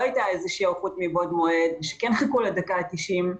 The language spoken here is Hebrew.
הייתה איזו היערכות מבעוד מועד ושכן חיכו לדקה התשעים.